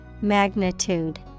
magnitude